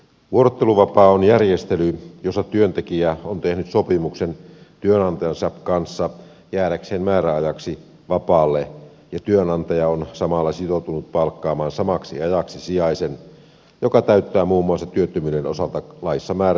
vuorotteluvapaa on järjestely jossa työntekijä on tehnyt sopimuksen työnantajansa kanssa jäädäkseen määräajaksi vapaalle ja työnantaja on samalla sitoutunut palkkaamaan samaksi ajaksi sijaisen joka täyttää muun muassa työttömyyden osalta laissa määrätyt ehdot